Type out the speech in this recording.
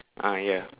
ah ya